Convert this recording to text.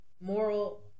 moral